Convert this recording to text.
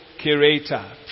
curator